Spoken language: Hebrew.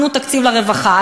תנו תקציב לרווחה,